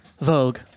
Vogue